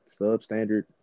substandard